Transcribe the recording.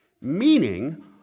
Meaning